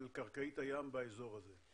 של קרקעית הים באזור הזה?